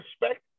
respect